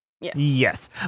Yes